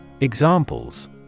Examples